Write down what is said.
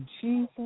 Jesus